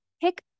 pick